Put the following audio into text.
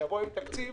נצטרך